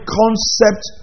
concept